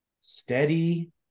steady